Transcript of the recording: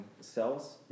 cells